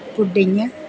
pudding